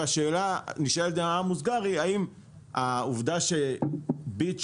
והשאלה הנשאלת במאמר מוסגר היא האם העובדה ש"ביט"